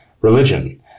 religion